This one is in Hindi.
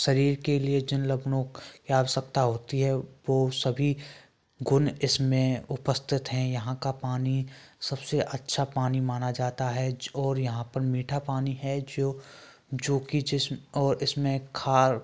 शरीर के लिए जिन लखनऊ की आवश्यकता होती है वो सभी गुण इसमें उपस्थित हैं यहाँ का पानी सबसे अच्छा पानी माना जाता है और यहाँ पर मीठा पानी है जो जो कि जिस और इसमें खार